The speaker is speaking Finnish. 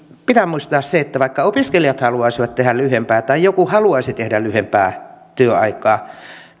pitää muistaa se että vaikka opiskelijat haluaisivat tehdä lyhyempää tai joku haluaisi tehdä lyhyempää työaikaa